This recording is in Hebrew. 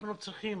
אנחנו צריכים